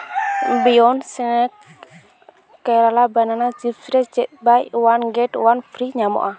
beyond snacks Kerala banana chips ᱨᱮ ᱪᱮᱫ ᱵᱟᱭ ᱚᱣᱟᱱ ᱜᱮᱴ ᱚᱣᱟᱱ ᱯᱷᱨᱤ ᱧᱟᱢᱚᱜᱼᱟ